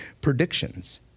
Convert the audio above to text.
predictions